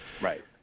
Right